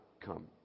come